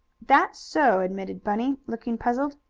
that's so, admitted bunny, looking puzzled,